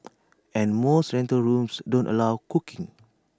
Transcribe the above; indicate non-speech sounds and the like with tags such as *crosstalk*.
*noise* and most rental rooms don't allow cooking